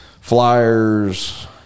flyers